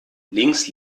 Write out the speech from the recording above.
links